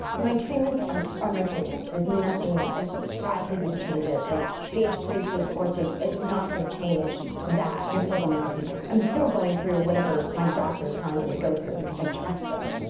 my treatments are are my treatments. there's nothing i can do to change it. like stage three, stage four stage it's not going to change that. you're still so going through chemo? i'm still going through whatever my doctors telling me to go through because i trust them.